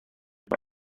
from